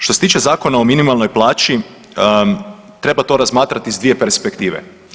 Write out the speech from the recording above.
Što se tiče Zakona o minimalnoj plaći treba to razmatrati s dvije perspektive.